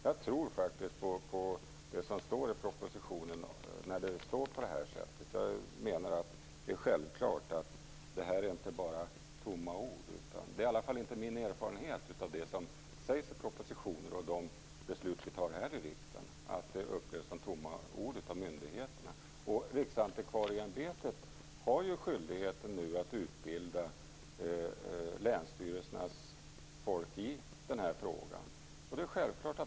Jag tror faktiskt på det som står i propositionen när det står på det här sättet. Jag menar att det är självklart att detta inte bara är tomma ord. Det är i alla fall inte min erfarenhet av det som sägs i propositioner och de beslut vi tar här i riksdagen att det upplevs som tomma ord av myndigheterna. Riksantikvarieämbetet har ju nu skyldighet att utbilda länsstyrelsernas folk i den här frågan.